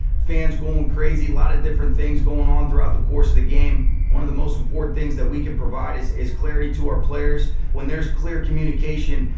fans going crazy, a lot of different things going on throughout the course of the game one of the most important things that we can provide is is clarity to our players. when there is clear communication,